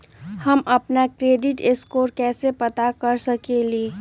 हम अपन credit score कैसे पता कर सकेली?